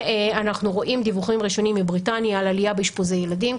ואנחנו רואים דיווחים ראשונים מבריטניה על עלייה באשפוזי ילדים,